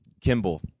Kimball